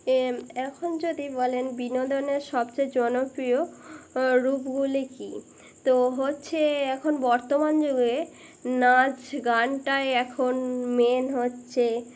এ এখন যদি বলেন বিনোদনের সবচেয়ে জনপ্রিয় রূপগুলি কি তো হচ্ছে এখন বর্তমান যুগে নাচ গানটাই এখন মেন হচ্ছে